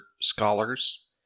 scholars